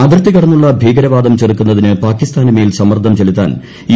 അതിർത്തി കടന്നുള്ള ഭീകരവാദം ചെറുക്കുന്നതിന് പാകിസ്ഥാനുമേൽ സമ്മർദ്ദം ചെലുത്താൻ യു